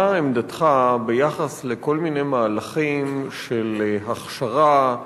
עמדתך ביחס לכל מיני מהלכים של הכשרה,